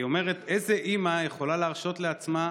היא אומרת: איזו אימא יכולה להרשות לעצמה,